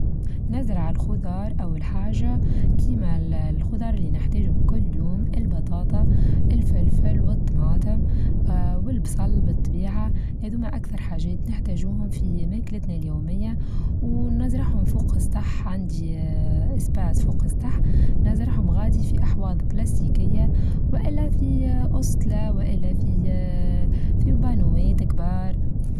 نازل على الخضار أو حاچة كيما الخضار اللي نحتاجهم كل يوم البطاطا الفلفل والطماطم آآ والبصل بالطبيعة هادوما اكثر حاجات نحتاجوهم في مأكلتنا اليومية ونزرعم فوق السطح عندي سباس فوق السطح نزرعهم غادي في أحواض بلاستيكية وإلا في أوستلا وإلا في-في باناوات كبار.